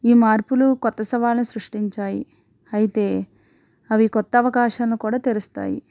ఈ మార్పులు కొత్త సవాళ్ళని సృష్టించాయి అయితే అవి కొత్త అవకాశాలను కూడా తెరుస్తాయి